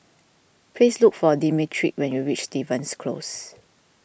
please look for Demetric when you reach Stevens Close